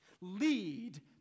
Lead